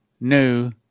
new